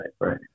Right